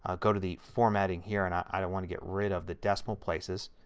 ah go to the formatting here and i don't want to get rid of the decimal places.